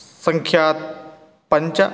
सङ्ख्या पञ्च